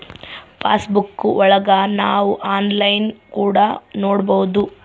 pass ಬುಕ್ಕಾ ಒಳಗ ನಾವ್ ಆನ್ಲೈನ್ ಕೂಡ ನೊಡ್ಬೋದು